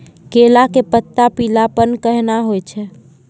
केला के पत्ता पीलापन कहना हो छै?